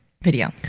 video